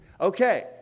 okay